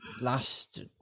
last